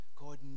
God